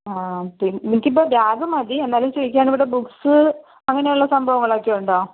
ആ പിന്നെ എനിക്കിപ്പോൾ ബാഗ് മതി എന്നാലും ചോദിക്കുവാണ് ഇവിടെ ബുക്സ് അങ്ങനെയുള്ള സംഭവങ്ങളൊക്കെ ഉണ്ടോ